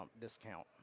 discount